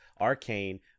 Arcane